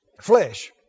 Flesh